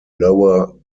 lower